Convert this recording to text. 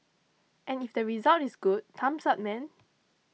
and if the result is good thumbs up man